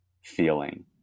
feeling